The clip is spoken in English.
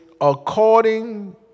according